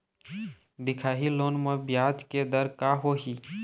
दिखाही लोन म ब्याज के दर का होही?